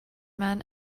man